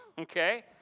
Okay